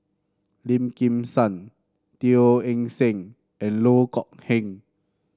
Lim Kim San Teo Eng Seng and Loh Kok Heng